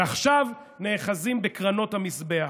ועכשיו נאחזים בקרנות המזבח.